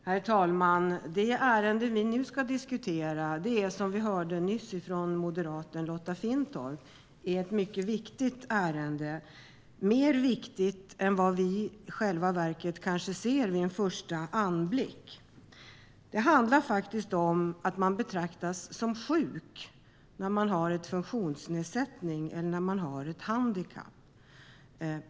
Herr talman! Det ärende som vi nu diskuterar är, som vi hörde nyss från moderaten Lotta Finstorp, ett mycket viktigt ärende. Det är viktigare än vad vi kanske ser vid en första anblick. Det handlar faktiskt om att man betraktas som sjuk när man har en funktionsnedsättning eller ett handikapp.